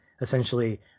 essentially